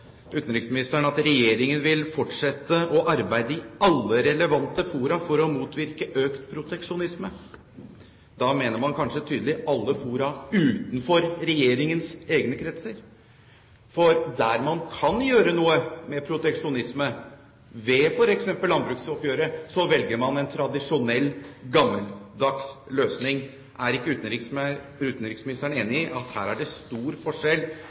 utenriksministeren at regjeringen vil «fortsette å arbeide i alle relevante fora for å motvirke økt proteksjonisme». Da mener man ganske tydelig alle fora utenfor regjeringens egne kretser. For der man kan gjøre noe med proteksjonisme, ved f.eks. landbruksoppgjøret, velger man en tradisjonell, gammeldags løsning. Er ikke utenriksministeren enig i at her er det stor forskjell